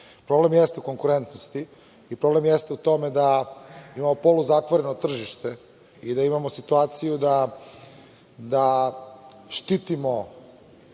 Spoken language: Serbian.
održive. Problem jeste u konkurentnosti i problem jeste u tome da imamo poluzatvoreno tržište i da imamo situaciju da štitimo